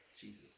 Jesus